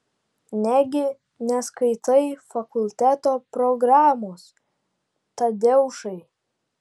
negi neskaitai fakulteto programos tadeušai